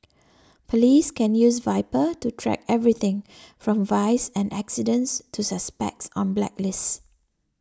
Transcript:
police can use viper to track everything from vice and accidents to suspects on blacklists